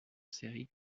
série